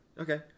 Okay